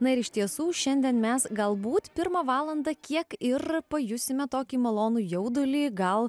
na ir iš tiesų šiandien mes galbūt pirmą valandą kiek ir pajusime tokį malonų jaudulį gal